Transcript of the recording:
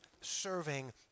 serving